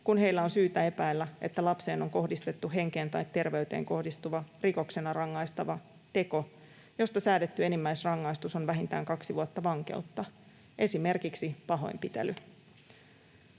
kun heillä on syytä epäillä, että lapseen on kohdistettu henkeen tai terveyteen kohdistuva, rikoksena rangaistava teko, josta säädetty enimmäisrangaistus on vähintään kaksi vuotta vankeutta, esimerkiksi pahoinpitely.